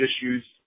issues